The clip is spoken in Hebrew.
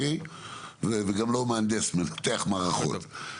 גם לא מנתח מערכות,